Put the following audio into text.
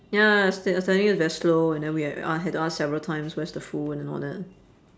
ya I was I was telling you it was very slow and then we had a~ had to ask several times where's the food and all that